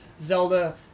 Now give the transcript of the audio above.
Zelda